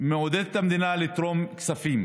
מעודדת המדינה לתרום כספים.